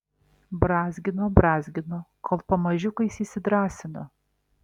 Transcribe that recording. brązgino brązgino kol pamažiukais įsidrąsino